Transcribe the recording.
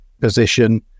position